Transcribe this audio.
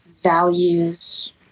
values